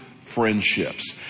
friendships